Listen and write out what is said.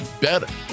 better